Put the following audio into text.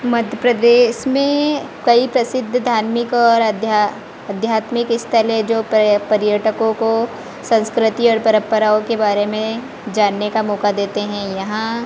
मध्य प्रदेश में कई प्रसिद्ध धार्मिक और आध्या आध्यात्मिक स्थल है जो पर पर्यटकों को संस्कृति और परंपराओं के बारे में जानने का मौका देते हैं यहाँ